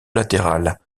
latérale